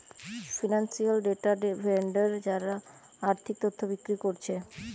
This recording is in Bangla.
ফিনান্সিয়াল ডেটা ভেন্ডর যারা আর্থিক তথ্য বিক্রি কোরছে